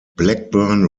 blackburn